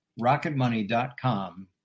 RocketMoney.com